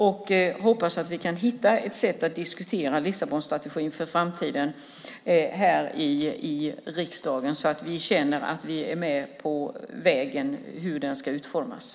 Jag hoppas att vi kan hitta ett sätt att i riksdagen diskutera Lissabonstrategin i framtiden så att vi känner att vi är med om att utforma den.